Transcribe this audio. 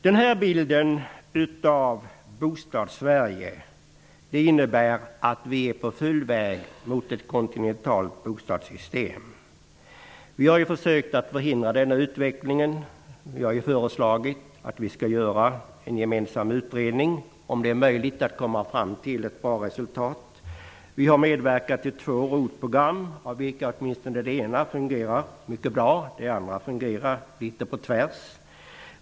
Denna utveckling i Bostads-Sverige innebär att vi i full fart är på väg mot ett kontinentalt bostadssystem. Vi har försökt att förhindra denna utveckling och har föreslagit en gemensam utredning, om det är möjligt att komma fram till ett bra resultat. Vi har medverkat till två ROT program, av vilka åtminstone det ena fungerar mycket bra. Det andra går litet på tvärs.